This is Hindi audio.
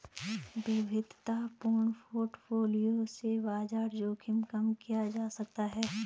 विविधतापूर्ण पोर्टफोलियो से बाजार जोखिम कम किया जा सकता है